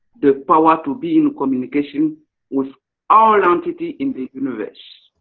the power to be in communication with all entity in the universe.